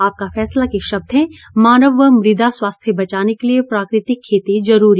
आपका फैसला के शब्द हैं मानव व मुदा स्वास्थ्य बचाने के लिये प्राकृतिक खेती जरूरी